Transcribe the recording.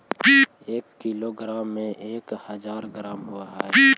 एक किलोग्राम में एक हज़ार ग्राम होव हई